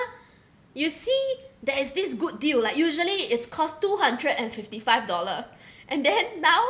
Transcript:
you see there is this good deal like usually it's cost two hundred and fifty five dollar and then now